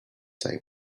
day